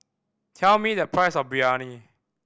tell me the price of Biryani